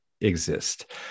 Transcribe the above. exist